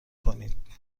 کنید